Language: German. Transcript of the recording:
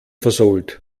versohlt